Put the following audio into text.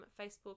Facebook